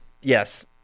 Yes